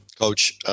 coach